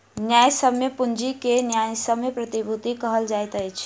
न्यायसम्य पूंजी के न्यायसम्य प्रतिभूति कहल जाइत अछि